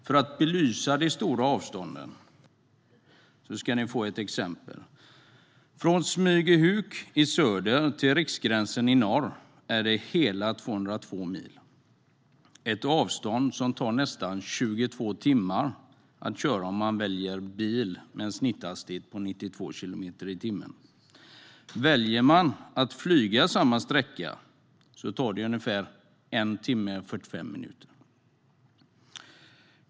För att belysa de stora avstånden ska jag ge er ett exempel. Från Smygehuk i söder till Riksgränsen i norr är det hela 202 mil - ett avstånd som tar nästan 22 timmar att köra om man väljer bil, med en snitthastighet på 92 kilometer i timmen. Väljer man att flyga samma sträcka tar det ungefär 1 timme och 45 minuter.